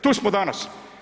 Tu smo danas.